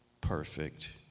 perfect